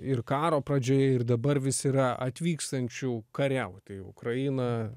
ir karo pradžioj ir dabar vis yra atvykstančių kariauti į ukrainą